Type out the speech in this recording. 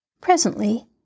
Presently